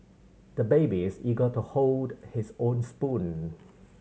the baby is eager to hold his own spoon